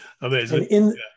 Amazing